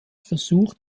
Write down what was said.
versucht